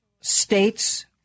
states